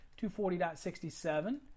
240.67